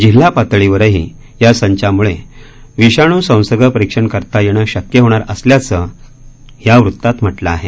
जिल्हा पातळीवरही या संचामुळे विषाणू संसर्ग परीक्षण करता येणं शक्य होणार असल्याचं या वृत्तात म्हटलं आहे